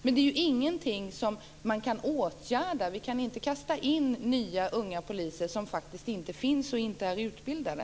Men det är ju ingenting som vi kan åtgärda. Vi kan inte kasta in nya unga poliser som faktiskt inte finns och som inte är utbildade.